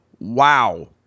wow